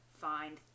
find